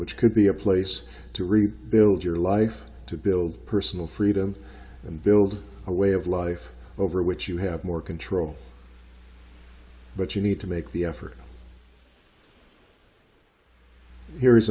which could be a place to rebuild your life to build personal freedom and build a way of life over which you have more control but you need to make the effort here